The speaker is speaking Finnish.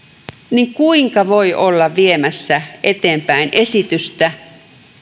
niin kuinka voi olla viemässä eteenpäin esitystä